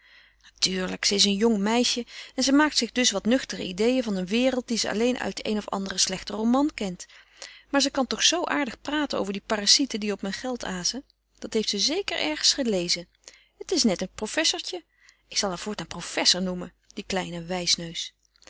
natuurlijk ze is een jong meisje en ze maakt zich dus wat nuchtere ideeën van een wereld die ze alleen uit den een of anderen slechten roman kent maar ze kan toch zoo aardig praten over de parasieten die op mijn geld azen dat heeft ze zeker ergens gelezen het is net een professortje ik zal haar voortaan professor noemen die kleine wijsneus